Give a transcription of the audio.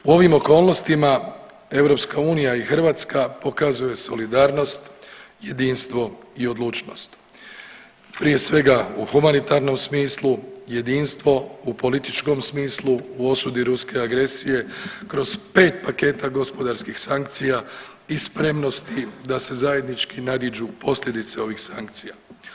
U ovom okolnostima EU i Hrvatska pokazuju solidarnost, jedinstvo i odlučnost, prije svega u humanitarnom smislu, jedinstvo u političkom smislu u osudi ruske agresije kroz 5 paketa gospodarskih sankcija i spremnosti da se zajednički nadiđu posljedice ovih sankcija.